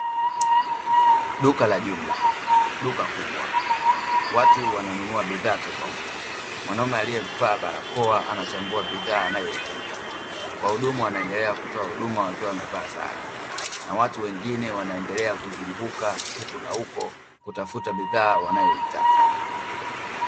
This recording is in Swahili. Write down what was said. Duka la jumla. Duka kubwa, watu wananunua bidhaa tofauti, mwanaume aliyevaa barakoa anachambua bidhaa anayoitaka. Wahudumu wanaendelea kutoa huduma wakiwa wamevaa sare, na watu wengine wanaendelea kuzunguka huku na huko kutafuta bidhaa wanayoitaka.